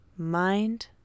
Mind